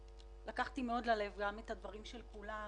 לקחתי מאוד ללב גם את הדברים של כולם,